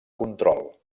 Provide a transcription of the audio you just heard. control